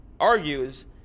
argues